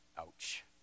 Ouch